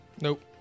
Nope